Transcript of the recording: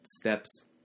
steps